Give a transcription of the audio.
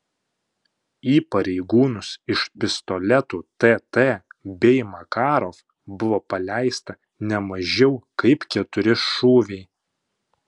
į pareigūnus iš pistoletų tt bei makarov buvo paleista ne mažiau kaip keturi šūviai